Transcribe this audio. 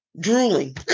drooling